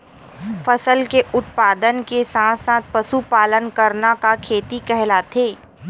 फसल के उत्पादन के साथ साथ पशुपालन करना का खेती कहलाथे?